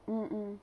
mm mm